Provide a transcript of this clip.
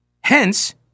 Hence